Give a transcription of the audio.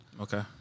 Okay